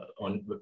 on